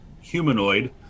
humanoid